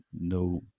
no